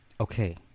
Okay